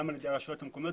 גם על ידי רשויות מקומיות.